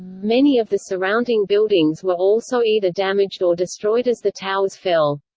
many of the surrounding buildings were also either damaged or destroyed as the towers fell.